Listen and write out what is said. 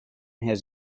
has